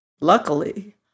Luckily